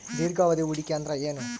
ದೀರ್ಘಾವಧಿ ಹೂಡಿಕೆ ಅಂದ್ರ ಏನು?